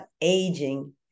aging